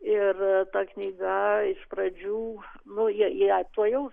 ir ta knyga iš pradžių nu ją jie tuojaus